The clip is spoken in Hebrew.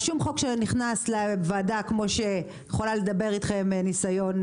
שום חוק שנכנס לוועדה ואני יכולה לדבר אתכם מניסיון,